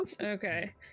Okay